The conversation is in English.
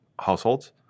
households